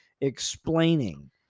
explaining